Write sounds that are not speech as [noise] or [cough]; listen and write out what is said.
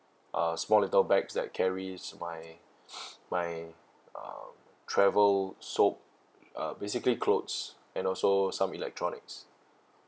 uh small little bags that carries my [breath] my um travel soap uh basically clothes and also some electronics